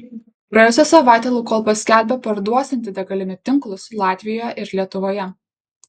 praėjusią savaitę lukoil paskelbė parduosianti degalinių tinklus latvijoje ir lietuvoje